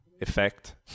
effect